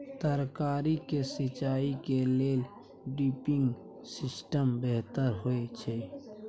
तरकारी के सिंचाई के लेल ड्रिपिंग सिस्टम बेहतर होए छै?